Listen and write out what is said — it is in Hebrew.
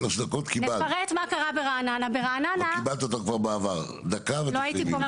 שלוש דקות קיבלת, קיבלת אותו בעבר, דקה ותסיימי.